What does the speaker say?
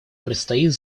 предстоит